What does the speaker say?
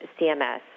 CMS